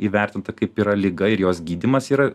įvertinta kaip yra liga ir jos gydymas yra